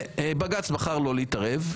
בג"ץ בחר לא להתערב.